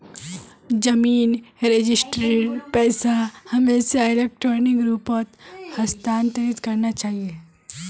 जमीन रजिस्ट्रीर पैसा हमेशा इलेक्ट्रॉनिक रूपत हस्तांतरित करना चाहिए